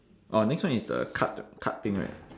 orh next one is the card card thing right